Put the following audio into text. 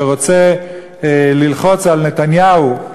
שרוצה ללחוץ על נתניהו,